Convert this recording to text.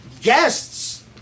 guests